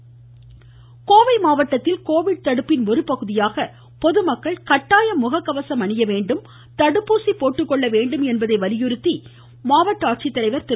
மமமமமம ராசாமணி கோவை மாவட்டத்தில் கோவிட் தடுப்பின் ஒருபகுதியாக பொதுமக்கள் கட்டாயம் முகக்கவசம் அணியவேண்டும் தடுப்பூசி போட்டுக் கொள்ள வேண்டும் என்பதை வலியுறுத்தி மாவட்ட ஆட்சித்தலைவர் திரு